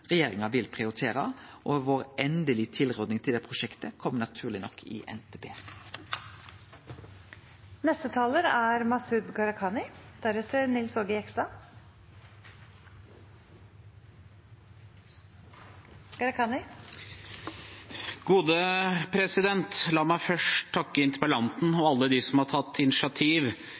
regjeringa vil prioritere. Vår endelege tilråding til det prosjektet kjem naturleg nok i NTP. La meg først takke interpellanten og alle dem som har tatt initiativ